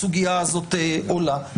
הסוגיה הזאת עולה.